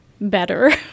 better